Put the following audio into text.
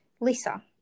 Lisa